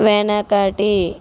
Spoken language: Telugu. వెనకటి